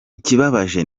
ikibabaje